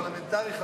פרלמנטרי?